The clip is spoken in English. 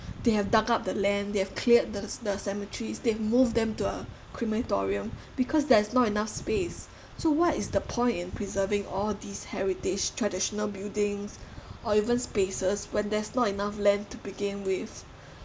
they have dug up the land they have cleared the the cemetery they moved them to a crematorium because there's not enough space so what is the point in preserving all these heritage traditional buildings or even spaces when there's not enough land to begin with